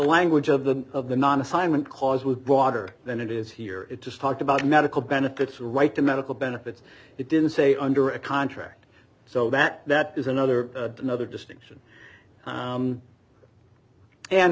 language of the of the non assignment cause with water than it is here it just talked about medical benefits right to medical benefits it didn't say under a contract so that that is another another distinction